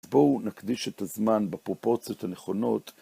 בואו נקדיש את הזמן בפרופוציות הנכונות.